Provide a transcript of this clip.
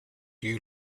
you